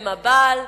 במב"ל,